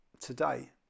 today